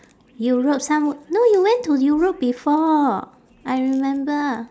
europe some~ no you went to europe before I remember